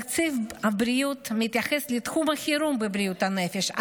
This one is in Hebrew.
תקציב הבריאות מתייחס לתחום החירום בבריאות הנפש,